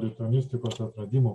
lituanistikos atradimų